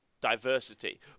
diversity